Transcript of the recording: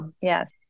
Yes